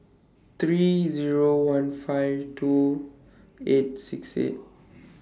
three Zero one five two eight six eight